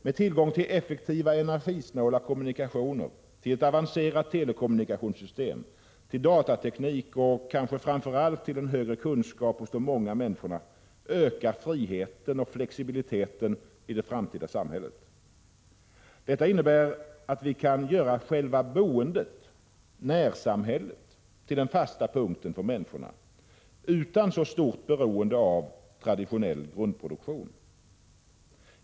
Med tillgång till effektiva energisnåla kommunikationer, till ett avancerat telekommunikationssystem, till datateknik och kanske framför allt till en högre kunskap hos de många människorna ökar friheten och flexibiliteten i det framtida samhället. Detta innebär att vi kan göra själva boendet, närsamhället, till den fasta punkten för människorna utan så stort beroende av traditionell grundproduktion.